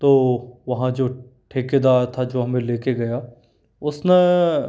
तो वहाँ जो ठेकेदार था जो हमें ले के गया उसने